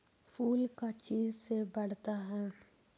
फूल का चीज से बढ़ता है?